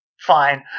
Fine